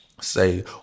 say